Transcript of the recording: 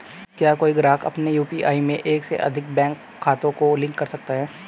क्या कोई ग्राहक अपने यू.पी.आई में एक से अधिक बैंक खातों को लिंक कर सकता है?